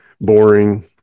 boring